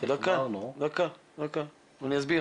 אני אסביר.